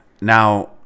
Now